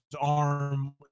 arm